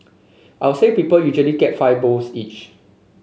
I'll say people usually get five bowls each